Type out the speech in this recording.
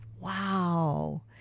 wow